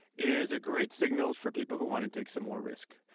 is a great signal for people who want to take some more risk.